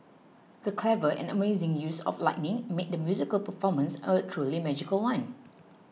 the clever and amazing use of lighting made the musical performance a truly magical one